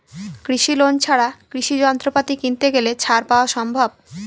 কৃষি লোন ছাড়া কৃষি যন্ত্রপাতি কিনতে গেলে ছাড় পাওয়া সম্ভব?